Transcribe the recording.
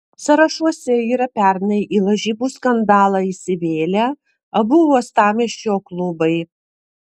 sąrašuose yra pernai į lažybų skandalą įsivėlę abu uostamiesčio klubai